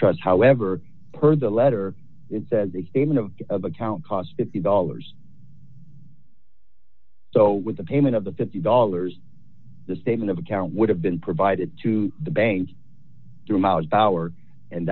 trust however per the letter it said the payment of the account costs fifty dollars so with the payment of the fifty dollars the statement of account would have been provided to the bank to mouse power and